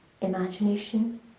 imagination